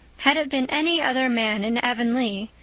had it been any other man in avonlea,